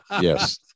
Yes